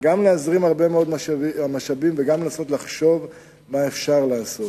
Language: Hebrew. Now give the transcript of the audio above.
גם להזרים הרבה מאוד משאבים וגם לנסות לחשוב מה אפשר לעשות.